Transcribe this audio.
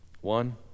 One